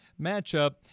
matchup